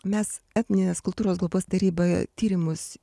mes etninės kultūros globos taryba tyrimus